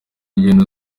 ugenda